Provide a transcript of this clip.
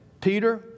Peter